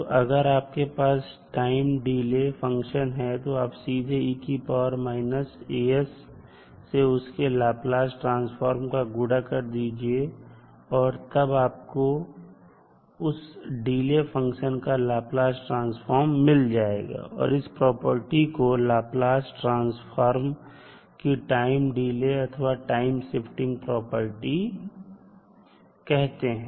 तो अगर आपके पास टाइम डिले फंक्शन है तो आप सीधे से उसके लाप्लास ट्रांसफार्म का गुड़ा कर दीजिए और तब आपको उस डिले फंक्शन का लाप्लास ट्रांसफार्म मिल जाएगा और इस प्रॉपर्टी को लाप्लास ट्रांसफर की टाइम डिले अथवा टाइम शिफ्टिंग प्रॉपर्टी कहते हैं